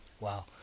Wow